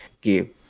give